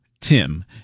Tim